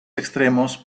extremos